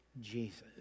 Jesus